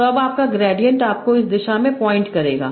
तो अब आपका ग्रेडिएंट आपको इस दिशा में पॉइन्ट करेगा